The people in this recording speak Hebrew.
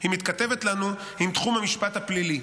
היא מתכתבת לנו עם תחום המשפט הפלילי.